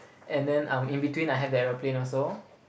and then um in between I have the aeroplane also